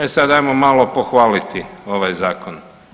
E sad, ajmo malo pohvaliti ovaj Zakon.